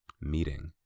meeting